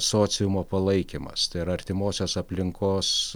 sociumo palaikymas tai yra artimosios aplinkos